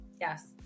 Yes